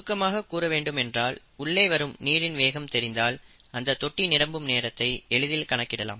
சுருக்கமாக கூற வேண்டும் என்றால் உள்ளே வரும் நீரின் வேகம் தெரிந்தால் அந்த தொட்டி நிரம்பும் நேரத்தை எளிதில் கணக்கிடலாம்